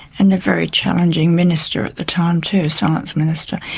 and a very challenging minister at the time too, science minister.